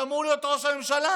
שאמור להיות ראש הממשלה,